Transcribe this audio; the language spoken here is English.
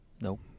Nope